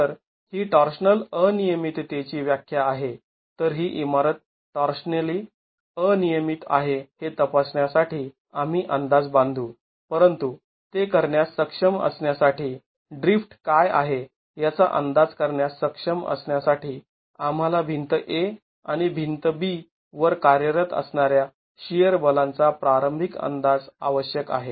तर ही टॉर्शनल अनियमिततेची व्याख्या आहे तर ही इमारत टॉर्शनली अनियमित आहे हे तपासण्यासाठी आम्ही अंदाज बांधू परंतु ते करण्यास सक्षम असण्यासाठी ड्रिफ्ट काय आहे याचा अंदाज करण्यास सक्षम असण्यासाठी आम्हाला भिंत A आणि भिंत B वर कार्यरत असणाऱ्या शिअर बलांचा प्रारंभिक अंदाज आवश्यक आहे